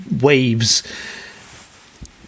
waves